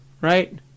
right